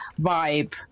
vibe